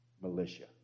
militia